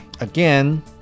again